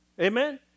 Amen